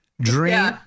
Dream